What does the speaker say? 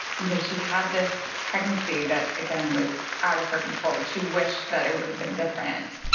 you know, she had this pregnancy that, again, was out of her control. like, she wished that it would have been different.